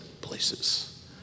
places